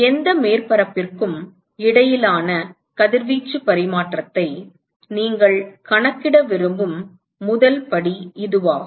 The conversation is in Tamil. எந்த மேற்பரப்பிற்கும் இடையிலான கதிர்வீச்சு பரிமாற்றத்தை நீங்கள் கணக்கிட விரும்பும் முதல் படி இதுவாகும்